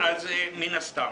מן הסתם.